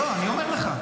לא, אני אומר לך.